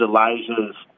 Elijah's